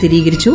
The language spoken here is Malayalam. സ്ഥിരീകരിച്ചു